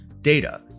data